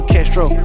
Castro